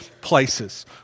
places